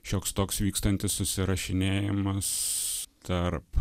šioks toks vykstantis susirašinėjimas tarp